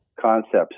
concepts